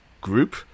group